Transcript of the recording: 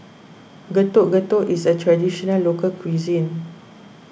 Getuk Getuk is a Traditional Local Cuisine